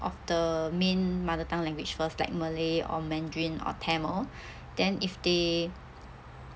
of the main mother tongue language first like malay or mandarin or tamil then if they